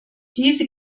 diese